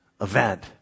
Event